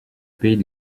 pays